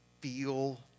feel